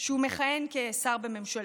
שמכהן כשר בממשלתו.